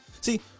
See